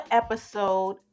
episode